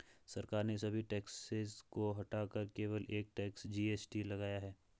सरकार ने सभी टैक्सेस को हटाकर केवल एक टैक्स, जी.एस.टी लगाया है